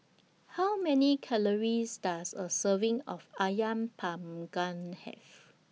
How Many Calories Does A Serving of Ayam Panggang Have